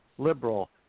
liberal